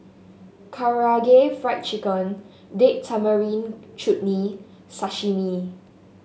Karaage Fried Chicken Date Tamarind Chutney Sashimi